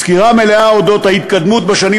סקירה מלאה על אודות ההתקדמות בשנים